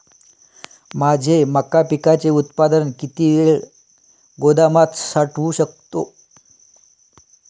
माझे मका पिकाचे उत्पादन किती वेळ गोदामात साठवू शकतो?